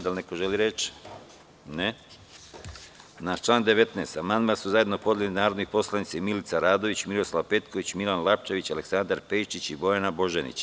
Da li neko želi reč? (Ne.) Na član 19. amandman su zajedno podneli narodni poslanici Milica Radović, Miroslav Petković, Milan Lapčević, Aleksandar Pejčić i Bojana Božanić.